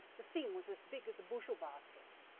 the thing was as big as a bushel-basket.